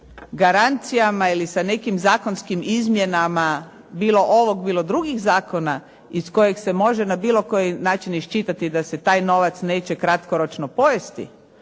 garancijama ili sa nekim zakonskim izmjenama bilo ovog bilo drugih zakona iz kojeg se može na bilo koji način iščitati da se taj novac neće kratkoročno pojesti,